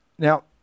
Now